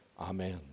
Amen